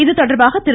இதுதொடர்பாக திரு